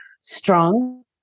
strong